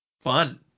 Fun